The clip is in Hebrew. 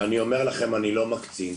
ואני אומר לכם שאני לא מקצין.